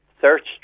search